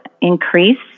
increase